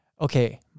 okay